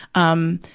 um,